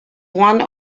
one